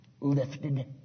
lifted